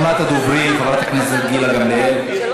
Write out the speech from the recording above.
אחרונת הדוברים, חברת הכנסת גילה גמליאל.